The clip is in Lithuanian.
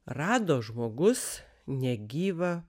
rado žmogus negyvą